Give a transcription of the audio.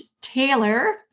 Taylor